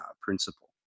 principle